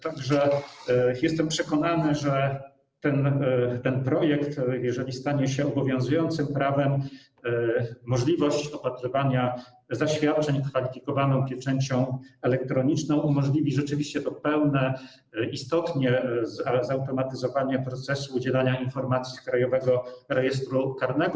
Tak że jestem przekonany, że ten projekt, jeżeli stanie się obowiązującym prawem, da możliwość opatrywania zaświadczeń kwalifikowaną pieczęcią elektroniczną i rzeczywiście umożliwi to pełne zautomatyzowanie procesu udzielania informacji z Krajowego Rejestru Karnego.